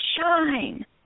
shine